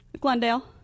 Glendale